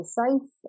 safe